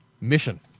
Mission